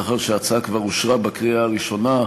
לאחר שההצעה כבר אושרה בקריאה הראשונה,